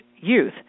youth